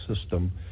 system